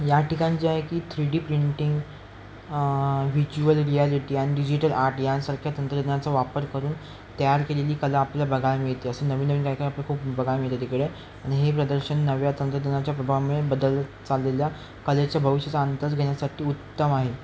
या ठिकाण जे आहे की three D printing visual reality आणि डिजिटल आर्ट यासारख्या तंत्रज्ञानाचा वापर करून तयार केलेली कला आपल्या बघायला मिळते असं नवीन नवीन काय काय आपल्या खूप बघायला मिळते तिकडे आणि हे प्रदर्शन नव्या तंत्रज्ञानाच्या प्रभावामुळे बदल चाललेल्या कलेच्या भविष्याचा अंदाज घेण्यासाठी उत्तम आहे